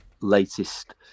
latest